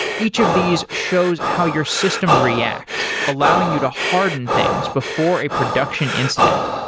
each of these shows how your system reacts allowing you to harden things before a production incident.